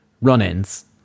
run-ins